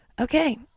okay